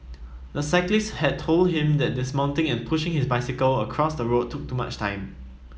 the cyclist had told him that dismounting and pushing his bicycle across the road took too much time